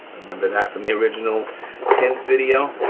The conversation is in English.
remember that from the original pins video.